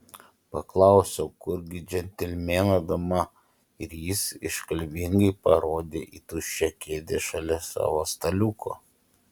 paklausiau kur gi džentelmeno dama ir jis iškalbingai parodė į tuščią kėdę šalia savo staliuko